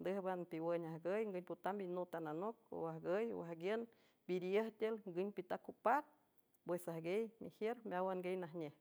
ndǘjban piwün ajgüy ngün potamb inotan anoc oajgüy owajguiün piriüj tiül ngün pitac opar pues ajgiey mejiür meáwan guiey najnej.